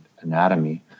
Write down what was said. anatomy